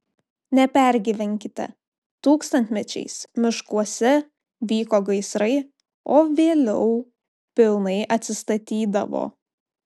nepergyvenkite tūkstantmečiais miškuose vyko gaisrai o vėliau pilnai atsistatydavo